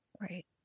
Right